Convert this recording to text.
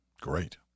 great